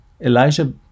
Elijah